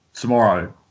tomorrow